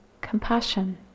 compassion